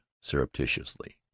surreptitiously